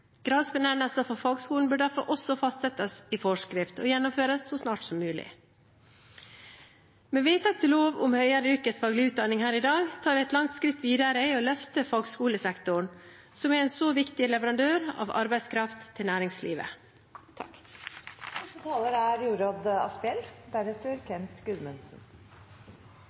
Gradsbenevnelser for fagskolen bør derfor også fastsettes i forskrift og gjennomføres så snart som mulig. Med vedtak til lov om høyere yrkesfaglig utdanning her i dag tar vi et langt skritt videre i å løfte fagskolesektoren, som er en så viktig leverandør av arbeidskraft til næringslivet.